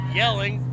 yelling